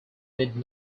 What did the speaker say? need